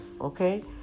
okay